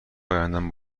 ایندم